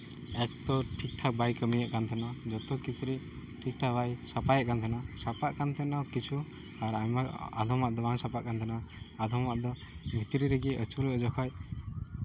ᱚᱠᱛᱚ ᱴᱷᱤᱠ ᱴᱷᱟᱠ ᱵᱟᱭ ᱠᱟᱹᱢᱤᱭᱮᱜ ᱛᱟᱦᱮᱱᱟ ᱡᱚᱛᱚ ᱠᱤᱪᱨᱤᱡ ᱴᱷᱤᱠ ᱴᱷᱟᱠ ᱵᱟᱭ ᱥᱟᱯᱟᱭᱮᱫ ᱠᱟᱱ ᱛᱟᱦᱮᱱᱟ ᱥᱟᱯᱷᱟᱜ ᱠᱟᱱ ᱛᱟᱦᱮᱱᱟ ᱠᱤᱪᱷᱩ ᱟᱨ ᱟᱭᱢᱟ ᱟᱫᱷᱚᱢᱟᱜ ᱫᱚ ᱵᱟᱝ ᱥᱟᱯᱷᱟᱜ ᱠᱟᱱ ᱛᱟᱦᱮᱱᱟ ᱟᱫᱷᱚᱢᱟᱜ ᱫᱚ ᱵᱷᱤᱛᱨᱤ ᱨᱮᱜᱮ ᱟᱹᱪᱩᱨᱚᱜ ᱡᱚᱠᱷᱚᱡ